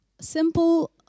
simple